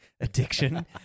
addiction